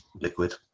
liquid